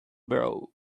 brow